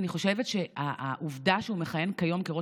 אני חושבת שהעובדה שהוא מכהן כיום כראש